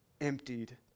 emptied